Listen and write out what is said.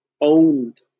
owned